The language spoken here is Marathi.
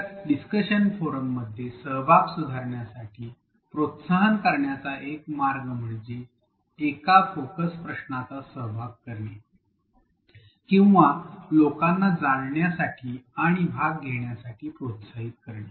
तर डिस्कशन फोरमध्ये सहभाग सुधारण्यासाठी प्रोत्साहित करण्याचा एक मार्ग म्हणजे एका फोकस प्रश्नाचा समावेश करणे किंवा लोकांना जाण्यासाठी आणि भाग घेण्यासाठी प्रोत्साहित करणे